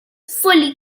fully